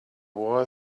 war